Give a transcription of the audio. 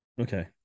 Okay